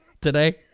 today